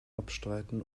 abstreiten